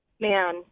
man